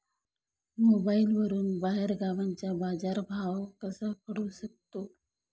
मोबाईलवर बाहेरगावचा बाजारभाव कसा कळू शकतो?